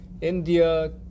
India